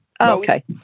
Okay